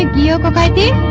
yeah ah by the